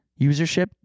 usership